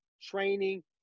training